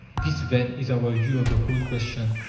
this, then, is our view of the whole question.